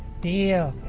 deal.